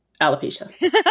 alopecia